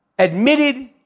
Admitted